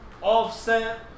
Offset